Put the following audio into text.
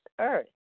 earth